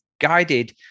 guided